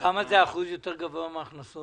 כמה זה אחוז גבוה יותר מן ההכנסות?